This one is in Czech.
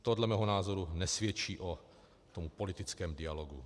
To dle mého názoru nesvědčí o politickém dialogu.